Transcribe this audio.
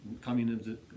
Communism